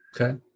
Okay